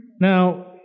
Now